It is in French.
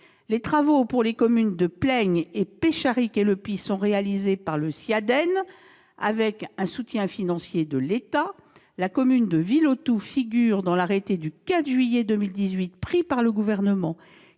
Les travaux pour les communes de Plaigne et Pécharic-et-le-Py sont réalisés par le Syaden avec un soutien financier de l'État. La commune de Villautou figure dans l'arrêté du 4 juillet 2018 pris par le Gouvernement,